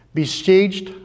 besieged